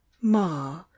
ma